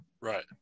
Right